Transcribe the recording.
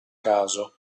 caso